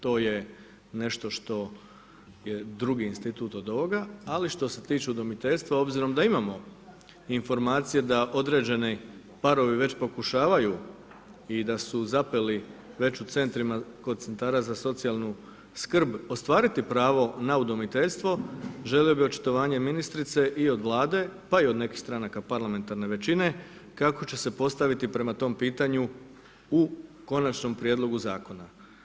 To je nešto što je drugi institut od ovoga, ali što se tiče udomiteljstva s obzirom da imamo informacije da određeni parovi već pokušavaju i da su zapeli već kod centara za socijalnu skrb ostvariti pravo na udomiteljstvo, želio bih očitovanje ministrice i od Vlade, pa i od nekih stranaka parlamentarne većine kako će se postaviti prema tom pitanju u Konačnom prijedlogu zakona.